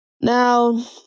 Now